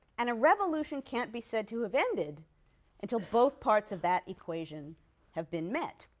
and a revolution can't be said to have ended until both parts of that equation have been met.